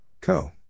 Co